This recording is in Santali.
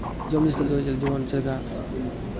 ᱡᱚᱢ ᱡᱤᱱᱤᱥ ᱠᱚᱫᱚ ᱡᱮᱢᱚᱱ ᱪᱮᱫ ᱞᱮᱠᱟ